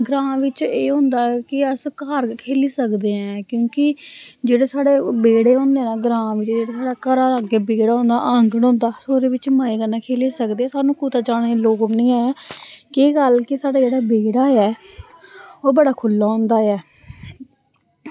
ग्रांऽ बिच्च एह् होंदा ऐ कि अस घर बी खेली सकदे ऐं क्योंकि जेह्ड़े साढ़े बेह्ड़े होंदे न ग्रांऽ दे जेह्ड़ा साढ़ा ते घरै दै अग्गै बेह्ड़ा होंदा आंगन होंदा अस ओह्दे बिच्च मज़े कन्नै खेली सकदे सानू कुतै जाने दी लोड़ नी ऐ केह् गल्ल के साढ़ा जेह्ड़ा बेह्ड़ा ऐ ओह् बड़ा खु'ल्ला होंदा ऐ